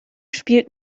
spielt